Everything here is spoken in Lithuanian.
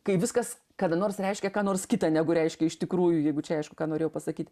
kai viskas kada nors reiškia ką nors kita negu reiškia iš tikrųjų jeigu čia aišku ką norėjau pasakyt